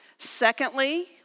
Secondly